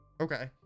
Okay